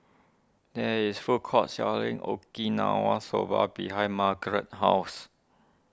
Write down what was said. there is food court selling Okinawa Soba behind Margretta's house